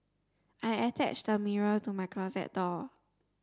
I attached the mirror to my closet door